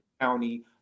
county